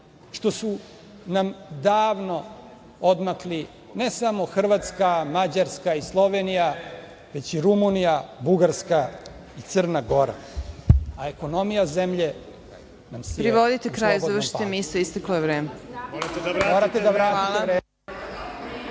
što su nam davno odmakli ne samo Hrvatska, Mađarska i Slovenija, već i Rumunija, Bugarska i Crna Gora, a ekonomija zemlje nam je slobodnom padu.